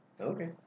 Okay